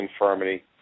infirmity